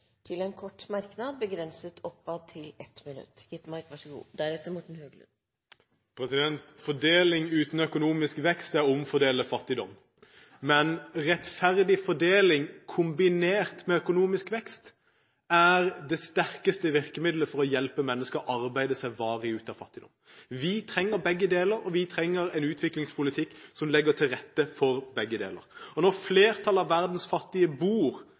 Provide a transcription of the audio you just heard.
til en kort merknad, begrenset til 1 minutt. Fordeling uten økonomisk vekst er omfordeling av fattigdom. Men rettferdig fordeling kombinert med økonomisk vekst er det sterkeste virkemiddelet for å hjelpe mennesker til å arbeide seg varig ut av fattigdom. Vi trenger begge deler, og vi trenger en utviklingspolitikk som legger til rette for begge deler. Når flertallet av verdens fattige bor